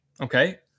okay